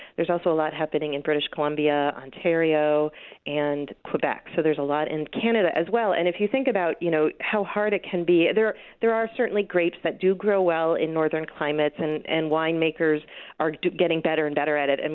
there's also a lot happening in british columbia, ontario and quebec, so there's a lot in canada as well and if you think about you know how hard it can be, there there are certainly grapes that do grow well in northern climates and and winemakers are getting better and better at it. and